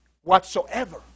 Whatsoever